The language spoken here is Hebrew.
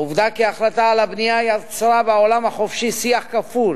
העובדה שההחלטה על הבנייה יצרה בעולם החופשי שיח כפול,